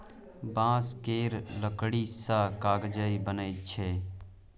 बांस केर लकड़ी सँ कागज बनइ छै